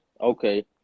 Okay